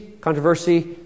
controversy